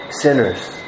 sinners